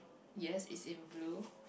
yes is in blue